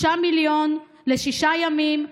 6 מיליון לשישה ימים,